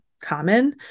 common